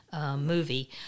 Movie